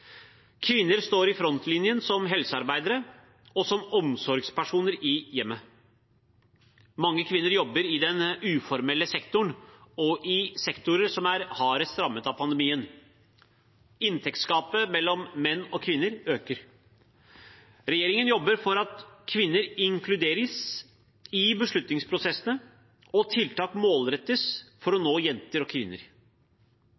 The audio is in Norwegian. Kvinner står i frontlinjen som helsearbeidere og som omsorgspersoner i hjemmet. Mange kvinner jobber i den uformelle sektoren og i sektorer som er hardest rammet av pandemien. Inntektsgapet mellom menn og kvinner øker. Regjeringen jobber for at kvinner inkluderes i beslutningsprosessene, og tiltak målrettes for å